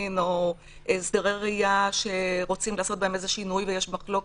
או הסדרי ראייה שרוצים לעשות בהם איזה שינוי ויש מחלוקת.